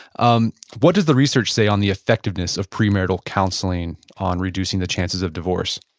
um what does the research say on the effectiveness of premarital counseling on reducing the chances of divorce?